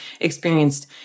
experienced